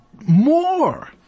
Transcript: more